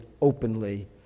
openly